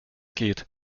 geht